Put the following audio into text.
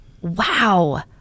Wow